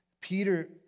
Peter